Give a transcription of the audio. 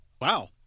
wow